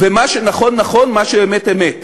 ומה שנכון נכון, ומה שאמת אמת,